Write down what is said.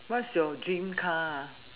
what's your dream car